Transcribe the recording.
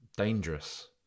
Dangerous